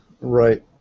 Right